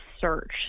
search